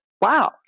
wow